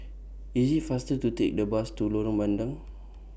IS IT faster to Take The Bus to Lorong Bandang